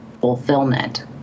fulfillment